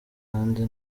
kandi